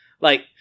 like-